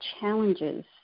challenges